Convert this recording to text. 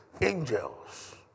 angels